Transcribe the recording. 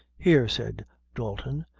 here, said dalton,